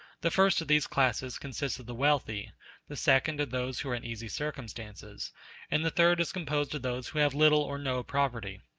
the first of these classes consists of the wealthy the second, of those who are in easy circumstances and the third is composed of those who have little or no property,